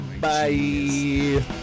Bye